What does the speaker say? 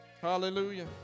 Hallelujah